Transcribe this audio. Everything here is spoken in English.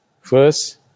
First